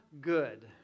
good